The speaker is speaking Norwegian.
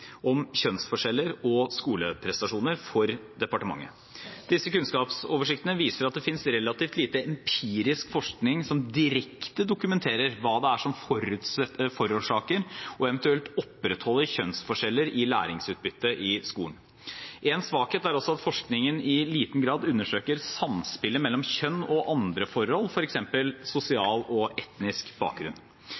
om kjønnsforskjeller og skoleprestasjoner for Kunnskapsdepartementet. Disse kunnskapsoversiktene viser at det finnes relativt lite empirisk forskning som direkte dokumenterer hva det er som forårsaker og eventuelt opprettholder kjønnsforskjeller i læringsutbytte i skolen. En svakhet er også at forskningen i liten grad undersøker samspillet mellom kjønn og andre forhold, f.eks. sosial og etnisk bakgrunn.